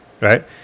right